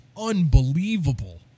unbelievable